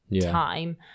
time